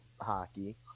hockey